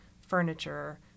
furniture